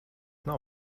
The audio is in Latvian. nav